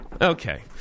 Okay